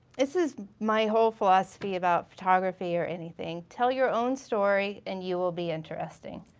this is my whole philosophy about photography or anything. tell your own story and you will be interesting.